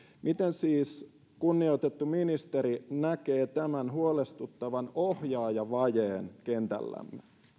miten siis kunnioitettu ministeri näkee tämän huolestuttavan ohjaajavajeen kentällämme